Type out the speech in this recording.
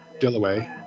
Dillaway